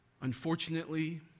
Unfortunately